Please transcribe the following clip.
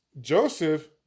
Joseph